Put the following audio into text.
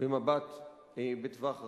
במבט בטווח רחב.